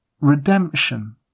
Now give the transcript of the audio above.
redemption